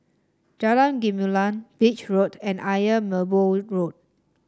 Jalan Gumilang Beach Road and Ayer Merbau Road